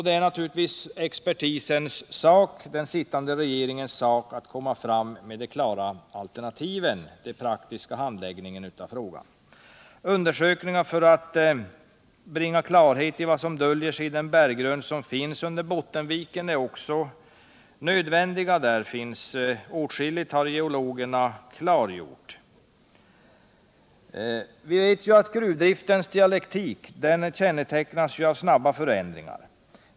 Det är naturligtvis den sittande regeringens sak att lägga fram alternativ och förslag när det gäller den praktiska handläggningen av frågan. Undersökningar för att bringa klarhet i vad som döljer sig under Bottenvikens berggrund är också nödvändiga. Geologerna har fastställt att det finns åtskilligt. Vi vet ju att gruvdriftens dialektik kännetecknas av snabba förändringar.